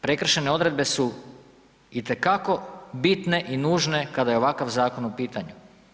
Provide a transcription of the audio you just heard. Prekršajne odredbe su itekako bitne i nužne kada je ovakav zakon u pitanju.